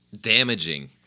damaging